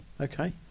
Okay